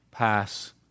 Pass